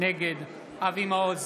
נגד אבי מעוז,